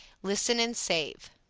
listen and save.